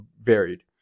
varied